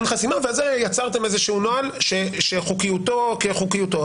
ועל זה יצרתם איזשהו נוהל שחוקיותו כחוקיותו,